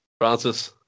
Francis